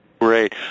Great